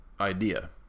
idea